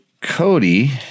Cody